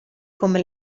come